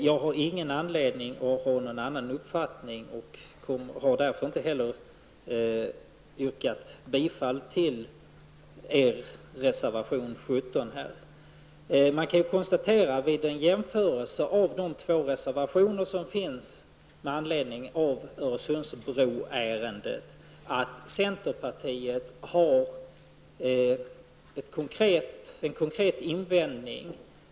Jag har ingen anledning att ha en annan uppfattning, och jag har därför heller inte yrkat bifall till miljöpartiets reservation 17. Vid en jämförelse mellan de två reservationer som avgivits med anledning av Öresundsbroärendet kan konstateras att centerpartiet har en konkret invändning.